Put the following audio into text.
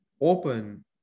open